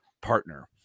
partner